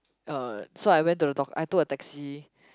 uh so I went to the doc~ I took a taxi